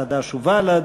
חד"ש ובל"ד: